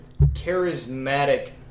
charismatic